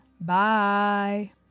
bye